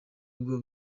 bwo